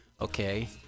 Okay